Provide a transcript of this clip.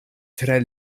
tre